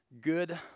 Good